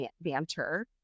banter